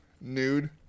nude